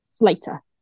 later